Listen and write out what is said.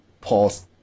pause